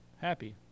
happy